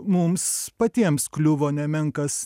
mums patiems kliuvo nemenkas